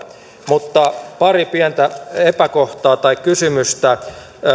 mutta pari pientä epäkohtaa tai kysymystä kun